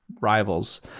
rivals